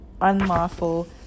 unlawful